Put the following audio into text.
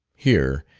here,